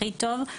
הכי טוב,